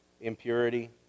impurity